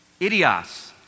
Idios